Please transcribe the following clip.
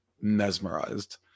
Mesmerized